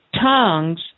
Tongues